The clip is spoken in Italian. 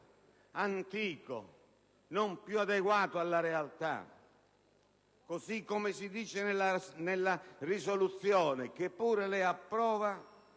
antico, non più adeguato alla realtà. Come si dice nella risoluzione, che pure lei approva,